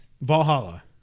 Valhalla